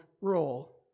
role